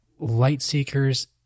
Lightseekers